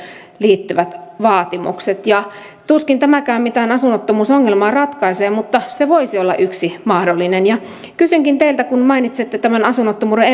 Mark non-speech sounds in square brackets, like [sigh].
liittyvät vaatimukset tuskin tämäkään mitään asunnottomuusongelmaa ratkaisee mutta se voisi olla yksi mahdollinen kysynkin teiltä vielä kun mainitsitte tämän asunnottomuuden [unintelligible]